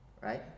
Right